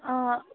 অঁ